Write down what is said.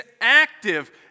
active